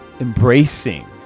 embracing